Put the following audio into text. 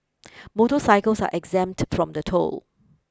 motorcycles are exempt from the toll